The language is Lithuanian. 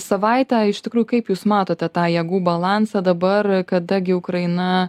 savaitę iš tikrųjų kaip jūs matote tą jėgų balansą dabar kada gi ukraina